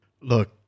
Look